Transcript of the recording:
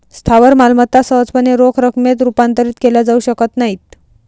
स्थावर मालमत्ता सहजपणे रोख रकमेत रूपांतरित केल्या जाऊ शकत नाहीत